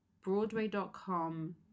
Broadway.com